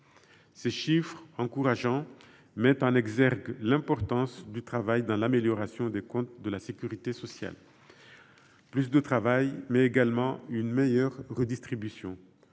Ces chiffres encourageants mettent en exergue l’importance du travail dans l’amélioration des comptes de la sécurité sociale : plus de travail, mais également une meilleure redistribution.